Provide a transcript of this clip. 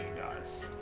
guys.